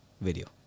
video